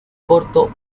corto